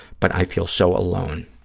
but i feel so alone.